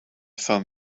sun